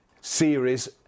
series